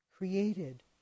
Created